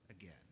again